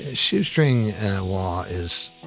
ah shoestring wall is.